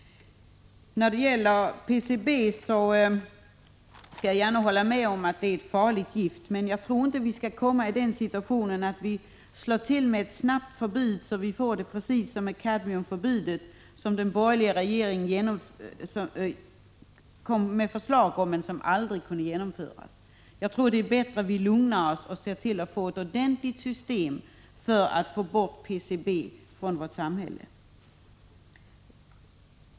När det gäller PCB skall jag gärna hålla med om att det är ett farligt gift. Jag tror dock inte vi skall slå till med ett snabbt förbud, för då kan vi hamna i samma situation som när det gällde de kadmiumförbud som den borgerliga regeringen föreslog men som aldrig kunde genomföras. Det är bättre att vi lugnar oss och ser till att få ett ordentligt system för att få bort PCB från vårt samhälle.